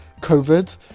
COVID